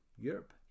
Europe